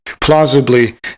plausibly